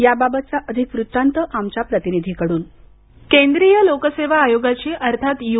याबाबतचा अधिक वृत्तांत आमच्या प्रतिनिधीकडून ध्वनी केंद्रीय लोकसेवा आयोगाची अर्थात यू